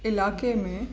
इलाइक़े में